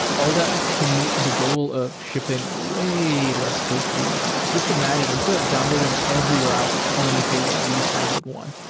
all that to meet the goal of shipping way less code to the user. just imagine, instead of downloading every route on initial load, you just download one.